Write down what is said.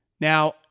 Now